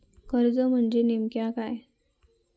कर्ज म्हणजे नेमक्या काय?